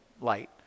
light